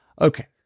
Okay